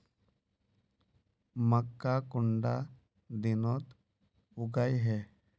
मक्का कुंडा दिनोत उगैहे?